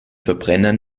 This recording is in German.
verbrenner